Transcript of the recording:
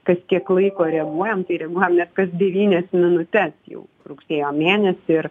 kas kiek laiko reaguojam tai reaguojam net kas devynias minutes jau rugsėjo mėnesį ir